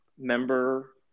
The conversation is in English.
member